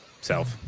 self